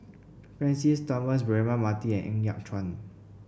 Francis Thomas Braema Mathi and Ng Yat Chuan